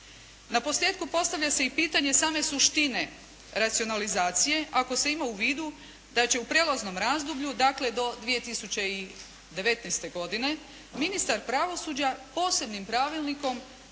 Naposljetku postavlja se i pitanje same suštine racionalizacije ako se ima u vidu da će u prijelaznom razdoblju, dakle do 2019. godine ministar pravosuđa posebnim pravilnikom